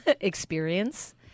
experience